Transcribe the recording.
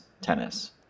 tennis